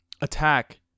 attack